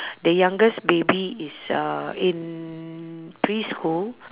the youngest baby is uh in preschool